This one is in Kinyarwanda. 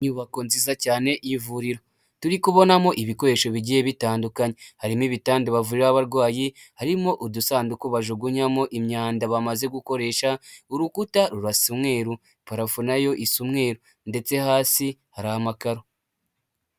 Inyubako nziza cyane y'ivuriro. Turi kubonamo ibikoresho bigiye bitandukanye. Harimo ibitanda bavuriraho abarwayi, harimo udusanduku bajugunyamo imyanda bamaze gukoresha, urukuta rurasa umweru. Parafo na yo isa umweru ndetse hasi hari amakaro.